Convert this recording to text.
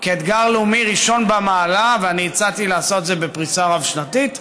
כאתגר לאומי ראשון במעלה ואני הצעתי לעשות את זה בפריסה רב-שנתית,